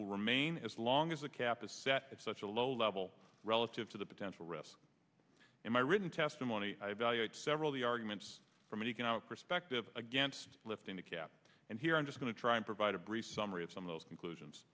will remain as long as the cap is set at such a low level relative to the potential risk in my written testimony i evaluate several the arguments from an economic perspective against lifting the cap and here i'm just going to try and provide a brief summary of some of those conclusions